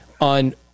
on